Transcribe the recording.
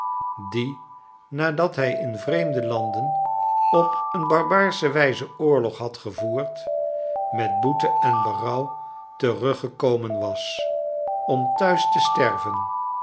die nadat hij in vreemde landen op eene barbaarsche wijze oorlog had gevoerd met boete en berouw teruggekomen was om thuis te sterven